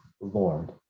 Lord